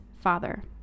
father